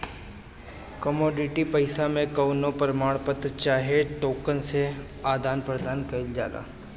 commodity पईसा मे कवनो प्रमाण पत्र चाहे टोकन से आदान प्रदान कईल जाला